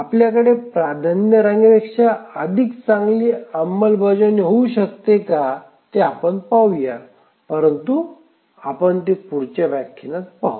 आपल्याकडे प्राधान्य रांगेपेक्षा अधिक चांगली अंमलबजावणी होऊ शकते का ते आपण पाहूया परंतु आपण ते पुढच्या व्याख्यानात पाहू